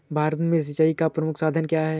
भारत में सिंचाई का प्रमुख साधन क्या है?